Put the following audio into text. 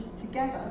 together